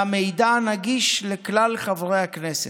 והמידע נגיש לכלל חברי הכנסת.